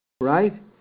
right